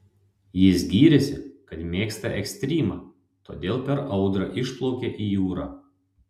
jis gyrėsi kad mėgsta ekstrymą todėl per audrą išplaukė į jūrą